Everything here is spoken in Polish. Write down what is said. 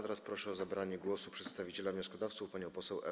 Teraz proszę o zabranie głosu przedstawiciela wnioskodawców panią poseł Ewę Malik.